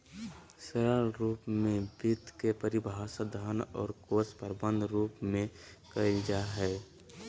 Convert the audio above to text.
सरल रूप में वित्त के परिभाषा धन और कोश प्रबन्धन रूप में कइल जा हइ